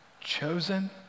Chosen